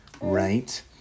right